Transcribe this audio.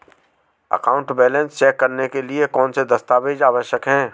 Account balance check करने के लिए कौनसे दस्तावेज़ आवश्यक हैं?